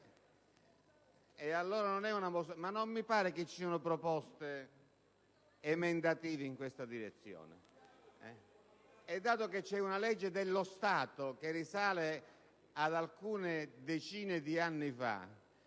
Ma non mi pare che ci siano proposte emendative in tal senso.. E dato che vi è una legge dello Stato che risale ad alcune decine di anni fa ...